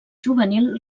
juvenil